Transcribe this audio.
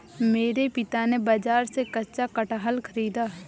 मेरे पिता ने बाजार से कच्चा कटहल खरीदा